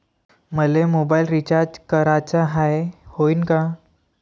मले mobile recharge कराचा हाय, होईनं का?